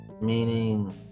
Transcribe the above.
Meaning